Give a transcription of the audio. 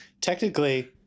technically